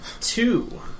two